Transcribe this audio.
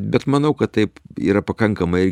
bet manau kad taip yra pakankamai